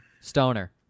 stoner